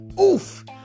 Oof